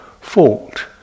fault